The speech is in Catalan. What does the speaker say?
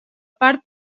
part